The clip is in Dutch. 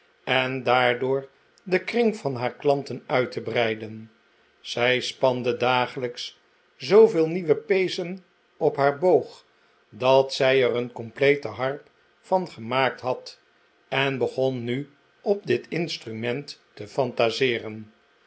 en daardoor den kring van haar klanten uit te breiden zij spande dagelijks zooveel nieuwe pezen op haar boog dat zij er een complete harp van gemaakt had en begon nu op dit instrument te fantaseeren